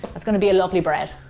it's gonna be a lovely bread.